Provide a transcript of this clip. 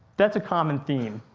that's a common theme.